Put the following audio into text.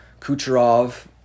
Kucherov